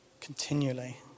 continually